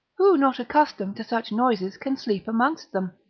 who not accustomed to such noises can sleep amongst them?